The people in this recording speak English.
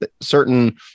certain